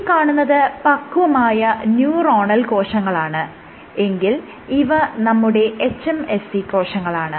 ഈ കാണുന്നത് പക്വമായ ന്യൂറോണൽ കോശങ്ങളാണ് എങ്കിൽ ഇവ നമ്മുടെ hMSC കോശങ്ങളാണ്